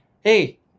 hey